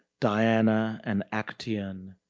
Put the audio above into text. diana and actaeon,